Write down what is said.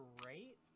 great